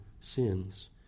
sins